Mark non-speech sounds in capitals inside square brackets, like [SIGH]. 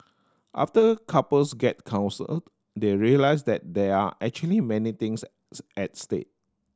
after couples get counselled they realise that there are actually many things [UNINTELLIGIBLE] at stake